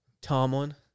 Tomlin